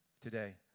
today